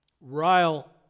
Ryle